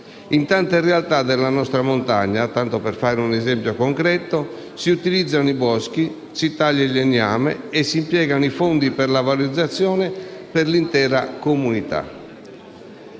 In tante realtà della nostra montagna, tanto per fare un esempio concreto, si utilizzano i boschi, si taglia il legname e si impiegano i fondi per la valorizzazione dell'intera comunità.